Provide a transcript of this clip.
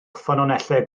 ffynonellau